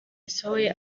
nsohoye